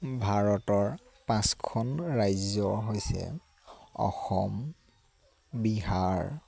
ভাৰতৰ পাঁচখন ৰাজ্য হৈছে অসম বিহাৰ